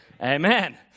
Amen